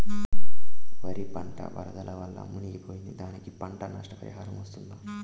వరి పంట వరదల వల్ల మునిగి పోయింది, దానికి పంట నష్ట పరిహారం వస్తుందా?